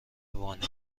وانیل